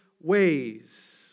ways